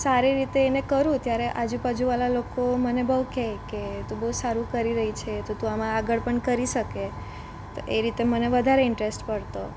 સારી રીતે એને કરું ત્યારે આજુબાજુવાળા લોકો મને બહુ કે કે તું બહુ સારું કરી રહી છે તું આમાં આગળ પણ કરી શકે તો એ રીતે મને વધારે ઇન્ટરસ્ટ પડતો